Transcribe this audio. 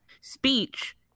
speech